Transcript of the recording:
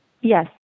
Yes